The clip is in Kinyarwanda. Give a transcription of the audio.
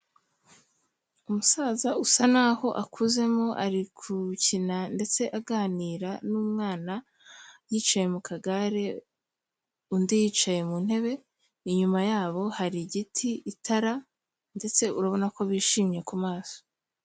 Umusaza usa naho akuzemo ari gukina ndetse aganira n'umwana yicaye mu kagare, undi yicaye mu ntebe, inyuma yabo hari igiti, itara ndetse urabona ko bishimye ku maso.